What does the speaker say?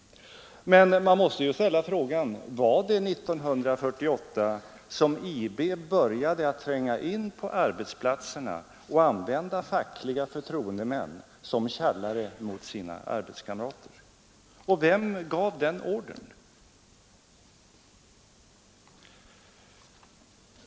Man måste dock ställa frågan: Var det år 1948 som IB började tränga in på arbetsplatserna och använda fackliga förtroendemän som tjallare mot sina arbetskamrater? Vem gav den ordern?